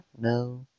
No